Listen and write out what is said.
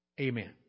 Amen